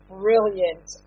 brilliant